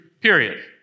period